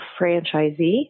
franchisee